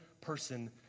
person